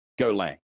Golang